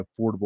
affordable